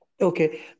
Okay